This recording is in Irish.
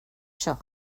seo